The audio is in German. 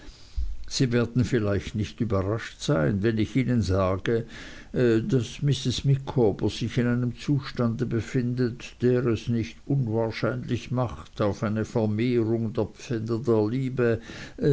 sie werden vielleicht nicht überrascht sein wenn ich ihnen sage daß mrs micawber sich in einem zustand befindet der es nicht unwahrscheinlich macht auf eine vermehrung der pfänder der liebe